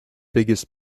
biggest